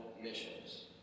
missions